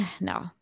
No